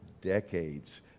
decades